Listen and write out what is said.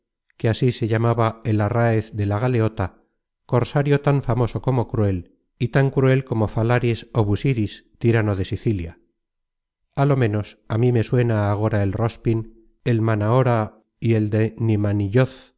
que así se llamaba el arraez de la galeota cosario tan famoso como cruel y tan cruel como falaris ó busiris tirano de sicilia á lo menos a mí me suena agora el rospin el manahora y el de